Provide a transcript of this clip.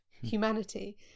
humanity